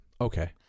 Okay